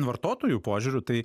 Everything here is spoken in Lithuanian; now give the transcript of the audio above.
vartotojų požiūriu tai